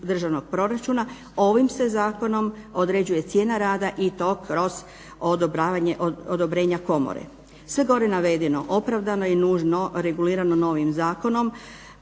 državnog proračuna ovim se zakonom određuje cijena rada i to kroz odobrenje komore. Sve gore navedeno opravdano je i nužno regulirano novim Zakonom